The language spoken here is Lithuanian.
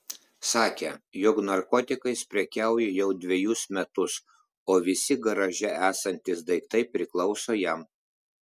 sakė jog narkotikais prekiauja jau dvejus metus o visi garaže esantys daiktai priklauso jam